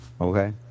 Okay